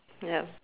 ya